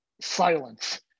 silence